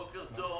בוקר טוב אדוני.